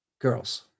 girls